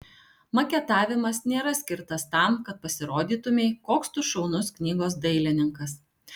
maketavimas nėra skirtas tam kad pasirodytumei koks tu šaunus knygos dailininkas